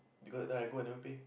because then I go I never paid